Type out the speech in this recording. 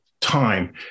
time